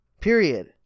period